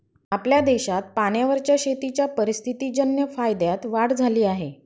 आपल्या देशात पाण्यावरच्या शेतीच्या परिस्थितीजन्य फायद्यात वाढ झाली आहे